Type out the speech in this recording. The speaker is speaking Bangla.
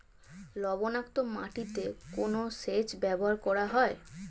লবণাক্ত মাটিতে কোন সেচ ব্যবহার করা হয়?